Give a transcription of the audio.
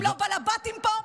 הם לא בעלבתים פה,